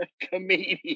Comedian